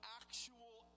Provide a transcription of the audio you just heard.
actual